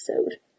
episode